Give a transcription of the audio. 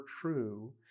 true